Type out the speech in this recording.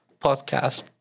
podcast